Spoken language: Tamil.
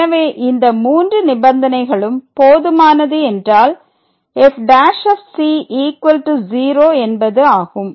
எனவே இந்த 3 நிபந்தனைகளும் போதுமானது என்றால் f'0 என்பது ஆகும்